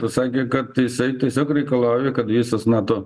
pasakė kad jisai tiesiog reikalauja kad visos nato